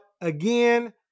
again